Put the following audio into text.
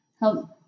help